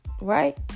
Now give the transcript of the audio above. Right